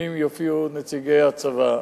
אם יופיעו נציגי הצבא,